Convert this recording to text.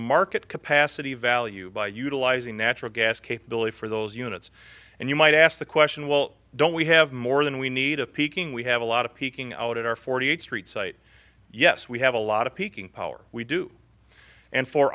market capacity value by utilizing natural gas capability for those units and you might ask the question well don't we have more than we need a peaking we have a lot of peaking out at our forty eight street site yes we have a lot of peaking power we do and for